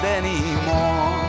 anymore